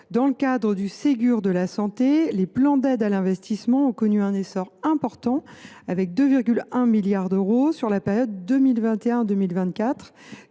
Dans le cadre du Ségur de la santé, les plans d’aide à l’investissement ont connu un essor important de 2,1 milliards d’euros durant la période 2021 2024,